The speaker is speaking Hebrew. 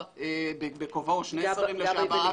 שני שרים לשעבר,